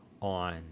on